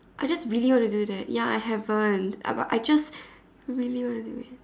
I just really want to do that ya I haven't uh but I just really really